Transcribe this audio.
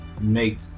make